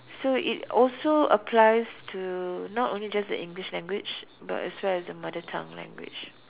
so it also applies to not only just the English language but as well as the mother tongue language